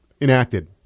enacted